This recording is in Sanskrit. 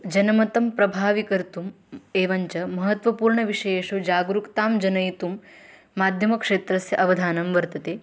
जनमतं प्रभावीकर्तुम् एवञ्च महत्वपूर्णविषयेषु जागरूकतां जनयितुं माध्यमक्षेत्रस्य अवधानं वर्तते